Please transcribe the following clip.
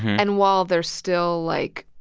and while they're still, like,